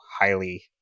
highly